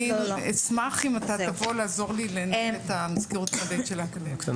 אני אשמח אם אתה תבוא לעזור לי לנהל את המזכירות האקדמית של האקדמיה.